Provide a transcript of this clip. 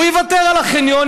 הוא יוותר על החניון,